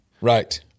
Right